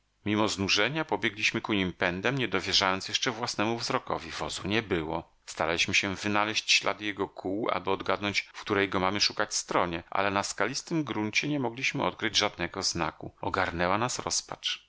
mimo znużenia pobiegliśmy ku nim pędem niedowierzając jeszcze własnemu wzrokowi wozu nie było staraliśmy się wynaleźć ślady jego kół aby odgadnąć w której go mamy szukać stronie ale na skalistym gruncie nie mogliśmy odkryć żadnego znaku ogarnęła nas rozpacz